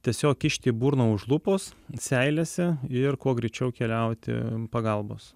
tiesiog kišt į burną už lūpos seilėse ir kuo greičiau keliauti pagalbos